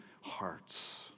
hearts